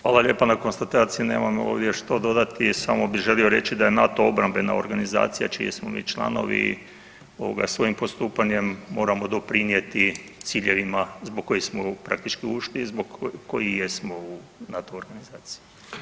Hvala lijepo na konstataciji, nemam ovdje što dodati i samo bi želio reći da je NATO obrambena organizacija čiji smo mi članovi i ovoga svojim postupanjem moramo doprinijeti ciljevima zbog kojih smo praktički ušli i zbog kojih jesmo u NATO organizaciji.